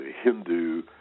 Hindu